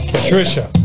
Patricia